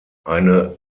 eine